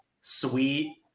sweet